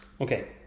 okay